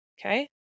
Okay